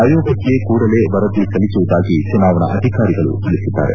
ಆಯೋಗಕ್ಕೆ ಕೂಡಲೇ ವರದಿ ಸಲ್ಲಿಸುವುದಾಗಿ ಚುನಾವಣಾ ಅಧಿಕಾರಿಗಳು ತಿಳಿಸಿದ್ದಾರೆ